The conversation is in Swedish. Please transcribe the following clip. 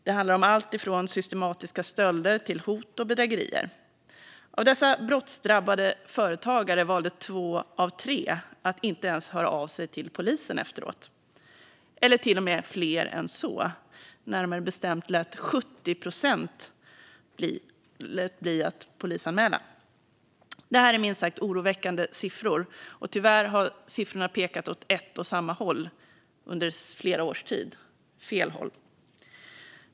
Det handlade om allt från systematiska stölder till hot och bedrägerier. Av dessa brottsdrabbade företagare valde två av tre att inte ens höra av sig till polisen efteråt - eller till och med fler än så. Närmare bestämt var det 70 procent som lät bli att polisanmäla. Det här är minst sagt oroväckande siffror, och tyvärr har siffrorna under flera års tid pekat åt ett och samma håll - fel håll.